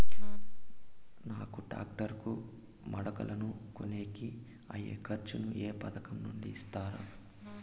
నాకు టాక్టర్ కు మడకలను కొనేకి అయ్యే ఖర్చు ను ఏ పథకం నుండి ఇస్తారు?